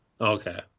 Okay